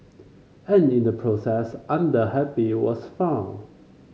and in the process Under Happy was found